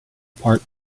part